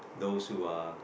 those who are